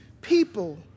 people